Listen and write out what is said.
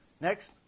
Next